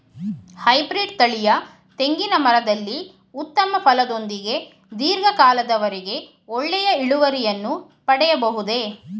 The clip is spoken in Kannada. ಹೈಬ್ರೀಡ್ ತಳಿಯ ತೆಂಗಿನ ಮರದಲ್ಲಿ ಉತ್ತಮ ಫಲದೊಂದಿಗೆ ಧೀರ್ಘ ಕಾಲದ ವರೆಗೆ ಒಳ್ಳೆಯ ಇಳುವರಿಯನ್ನು ಪಡೆಯಬಹುದೇ?